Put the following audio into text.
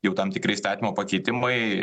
jau tam tikri įstatymo pakeitimai